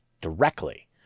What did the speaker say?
directly